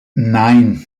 nein